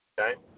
Okay